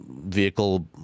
vehicle